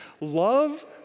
love